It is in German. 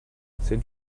sind